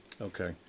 Okay